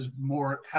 more